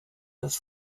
das